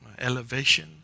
Elevation